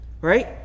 Right